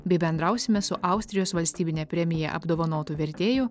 bei bendrausime su austrijos valstybine premija apdovanotu vertėju